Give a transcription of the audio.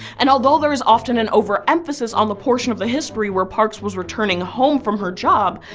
and although there is often an over emphasis on the portion of the history where parks was returning home from her job,